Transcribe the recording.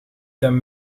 hem